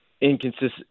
inconsistent